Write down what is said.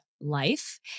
life